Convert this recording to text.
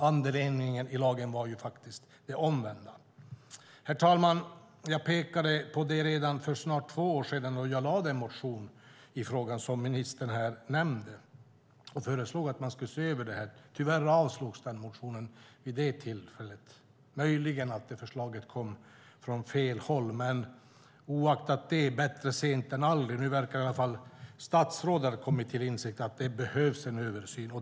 Andemeningen i lagen var ju det omvända. Herr talman! Jag pekade på detta redan för snart två år sedan. Jag väckte en motion i frågan, vilket ministern nämnde, och föreslog att man skulle se över detta. Tyvärr avslogs motionen vid det tillfället - möjligen kom förslaget från fel håll - men oaktat detta är det bättre sent än aldrig. Nu verkar i alla fall statsrådet ha kommit till insikt om att det behövs en översyn.